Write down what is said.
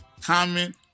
comment